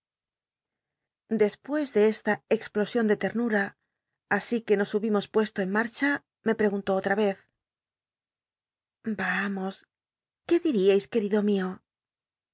mes de esta explosion de ternura así que nos hubimos puesto en marcha me preguntó olla vez luetido mio vamos qué ditiais